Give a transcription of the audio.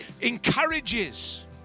encourages